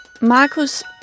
Marcus